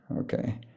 okay